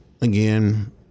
again